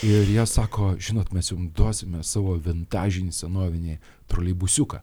ir jie sako žinot mes jums duosime savo vintažinį senovinį troleibusiuką